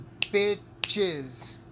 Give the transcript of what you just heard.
bitches